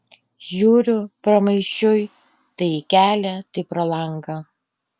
žiūriu pramaišiui tai į kelią tai pro langą